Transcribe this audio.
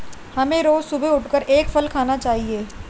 हमें रोज सुबह उठकर एक फल खाना चाहिए